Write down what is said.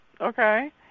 Okay